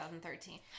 2013